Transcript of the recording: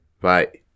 Bye